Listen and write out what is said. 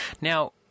Now